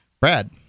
Brad